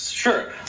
Sure